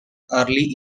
early